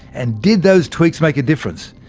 and did those tweaks make a difference.